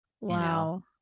Wow